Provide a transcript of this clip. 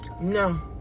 No